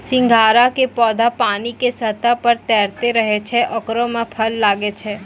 सिंघाड़ा के पौधा पानी के सतह पर तैरते रहै छै ओकरे मॅ फल लागै छै